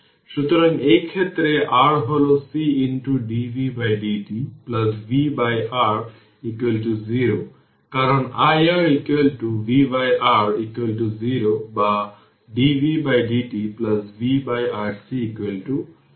সুতরাং এই ক্ষেত্রে r হল C dv dt vR 0 কারণ iR vR 0 বা dv dt vRC 0